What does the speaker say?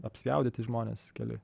apspjaudyti žmonės keli